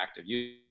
active